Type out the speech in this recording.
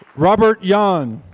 robert yon.